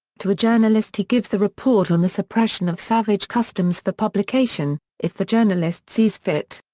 to a journalist he gives the report on the suppression of savage customs for publication, if the journalist sees fit.